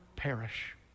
Perish